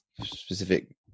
specific